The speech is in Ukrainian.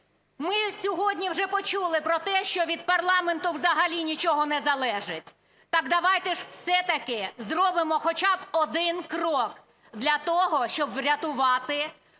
Ми сьогодні вже почули про те, що від парламенту взагалі нічого не залежить. Так давайте все-таки зробимо хоча б один крок для того, щоб врятувати